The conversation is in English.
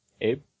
Abe